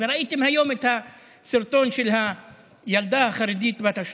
וראיתם היום את הסרטון של הילדה החרדית בת ה-13.